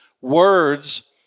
words